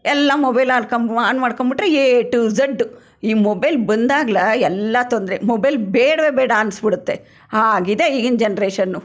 ಎಲ್ಲ ಮೊಬೈಲ್ ಆಡ್ಕಂಬ್ ಆನ್ ಮಾಡ್ಕೊಂಡ್ಬಿಟ್ರೆ ಎ ಟು ಝಡ್ಡ ಈ ಮೊಬೈಲ್ ಬಂದಾಗ್ಲೇ ಎಲ್ಲ ತೊಂದರೆ ಮೊಬೈಲ್ ಬೇಡವೇ ಬೇಡ ಅನ್ನಿಸ್ಬಿಡುತ್ತೆ ಹಾಗಿದೆ ಈಗಿನ ಜನ್ರೇಷನ್ನು